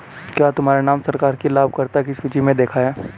क्या तुम्हारा नाम सरकार की लाभकर्ता की सूचि में देखा है